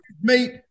mate